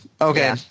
okay